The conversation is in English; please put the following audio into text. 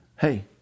hey